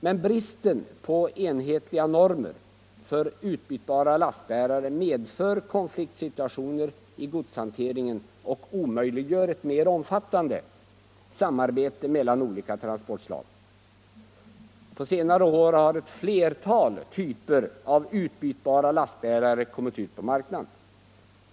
Men bristen på enhetliga normer för utbytbara lastbärare medför konfliktsituationer i godshanteringen och omöjliggör ett mer omfattande samarbete mellan olika transportslag. På senare år har ett flertal typer av utbytbara lastbärare kommit ut på marknaden.